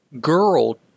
girl –